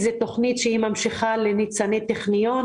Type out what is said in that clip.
זאת תכנית שהיא ממשיכה לניצני טכניון.